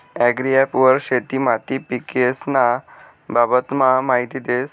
agri app वर शेती माती पीकेस्न्या बाबतमा माहिती देस